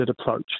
approach